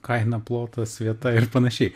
kaina plotas vieta ir panašiai